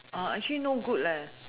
orh actually no good leh